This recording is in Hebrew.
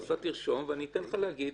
אתה תרשום ואני אתן לך להגיד.